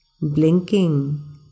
blinking